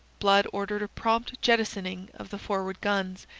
blood ordered a prompt jettisoning of the forward guns,